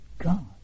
God